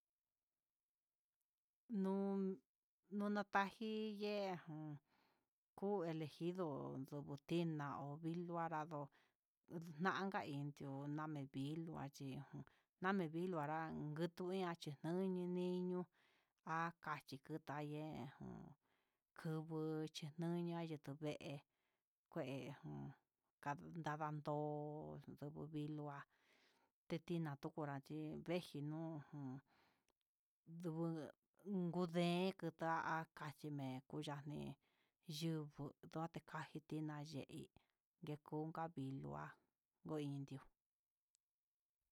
Nuu nunataji ihá un tu elejido nuu tináo vilu anradó nak indii nana tila'a kachi nane vinlu anrán ngutu ichia nani ní iño akachí nguu tanrí, he jun kubuu chinuu, nuñua yutu ve'e kue ngun kandun ndavan ndó kuu ndu vilo'a tetin kuchu nrachí venjinudu ngue unrén ñe kuda'a kaxhii mé'en, kuchane yuvu ngo tikaji tina yii nikuka vilo ngo indió.